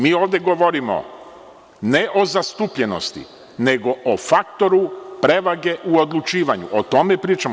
Mi ovde govorimo ne o zastupljenosti, nego o faktoru prevage u odlučivanju, o tome pričamo.